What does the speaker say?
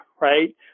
right